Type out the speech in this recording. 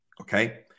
okay